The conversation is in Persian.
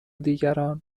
دیگران